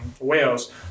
whales